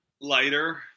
lighter